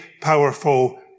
powerful